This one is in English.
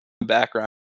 background